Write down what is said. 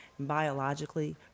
biologically